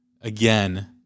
again